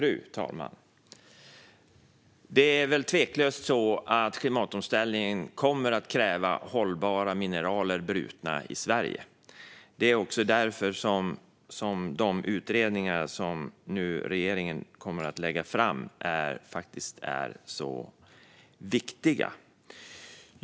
Fru talman! Det är väl tveklöst så att klimatomställningen kommer att kräva hållbara mineral brutna i Sverige. Det är också därför som de utredningar som regeringen nu kommer att lägga fram faktiskt är så viktiga.